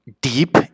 deep